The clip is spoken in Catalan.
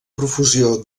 profusió